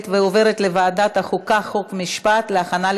לוועדה שתקבע ועדת הכנסת נתקבלה.